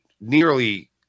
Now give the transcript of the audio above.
nearly